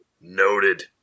Noted